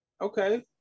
Okay